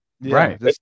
Right